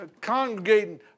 Congregating